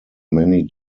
many